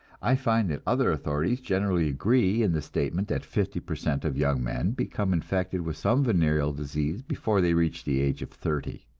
i find that other authorities generally agree in the statement that fifty per cent of young men become infected with some venereal disease before they reach the age of thirty.